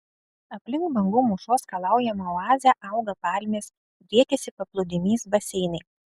aplink bangų mūšos skalaujamą oazę auga palmės driekiasi paplūdimys baseinai